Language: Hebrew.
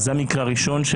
זו הנקודה הראשונה,